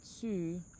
two